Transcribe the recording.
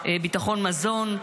ביטחון מזון,